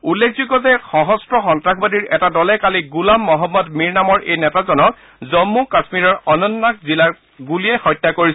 উল্লেখযোগ্য যে সশস্ত্ৰ সন্ত্ৰাসবাদীৰ এটা দলে কালি গোলাম মদম্মদ মীৰ নামৰ এই নেতাজনক জন্মু কাম্মীৰৰ অনন্তনাগ জিলাত গুলীয়াই হত্যা কৰিছিল